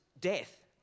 death